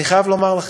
אני חייב לומר לכם,